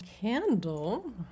Candle